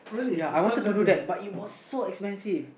ya I wanted to do that but it was so expensive